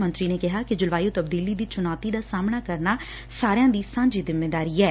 ਮੰਤਰੀ ਨੇ ਕਿਹਾ ਕਿ ਜਲਵਾਯੁ ਤਬਦੀਲੀ ਦੀ ਚੁਣੌਤੀ ਦਾ ਸਾਹਮਣਾ ਕਰਨਾ ਸਾਰਿਆਂ ਦੀ ਸਾਝੀ ਜਿੰਮੇਦਾਰੀ ਐ